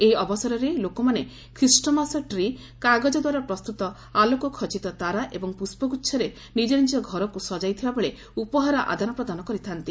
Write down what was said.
ଏହି ଅବସରରେ ଲୋକମାନେ ଖ୍ରୀଷ୍ଟମାସ ଟ୍ରି କାଗଜ ଦ୍ୱାରା ପ୍ରସ୍ତୁତ ଆଲୋକ ଖଚିତ ତାରା ଏବଂ ପୁଷ୍ପଗୁଚ୍ଛରେ ନିକ୍ଷନିକ ଘରକୁ ସଜ୍ଜାଇଥିବା ବେଳେ ଉପହାର ଆଦାନପ୍ରଦାନ କରିଥାଆନ୍ତି